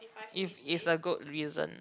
if it's a good reason